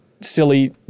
silly